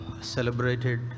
celebrated